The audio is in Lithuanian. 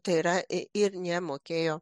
tai yra i ir ne mokėjo